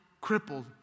crippled